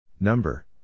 Number